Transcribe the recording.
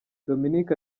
dominic